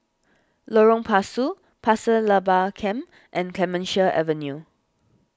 Lorong Pasu Pasir Laba Camp and Clemenceau Avenue